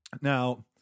Now